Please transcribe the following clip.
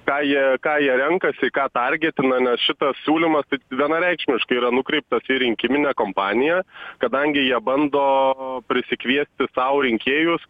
ką jie ką jie renkasi ką targetina nes šitas siūlymas taip vienareikšmiškai yra nukreiptas į rinkiminę kompaniją kadangi jie bando prisikviesti sau rinkėjus